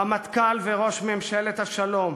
רמטכ"ל וראש ממשלת השלום,